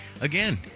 again